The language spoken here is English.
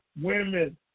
women